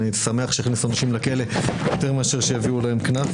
אני שמח שיכניסו אנשים לכלא יותר מאשר שיביאו להם קנס,